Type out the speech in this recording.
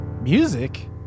Music